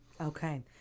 Okay